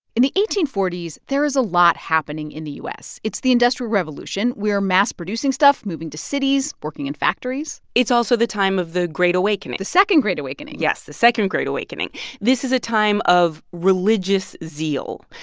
in the eighteen forty s, there is a lot happening in the u s. it's the industrial revolution. we're mass-producing stuff, moving to cities, working in factories it's also the time of the great awakening the second great awakening yes, the second great awakening this is a time of religious zeal.